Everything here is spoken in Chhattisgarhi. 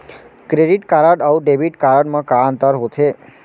क्रेडिट कारड अऊ डेबिट कारड मा का अंतर होथे?